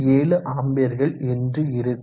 7ஆம்பியர்கள் என்று இருக்கும்